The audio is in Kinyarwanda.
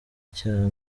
cya